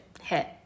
hit